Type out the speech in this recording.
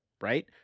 right